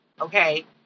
okay